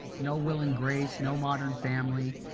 no will and grace, no modern family.